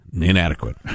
inadequate